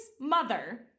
mother